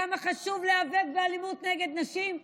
כמה חשוב להיאבק באלימות נגד נשים,